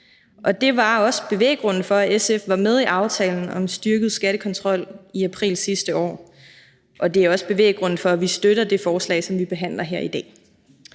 og det var også bevæggrunden for, at SF var med i aftalen om en styrket skattekontrol i april sidste år, og det er også bevæggrunden for, at vi støtter det forslag, som vi behandler her i dag.